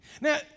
Now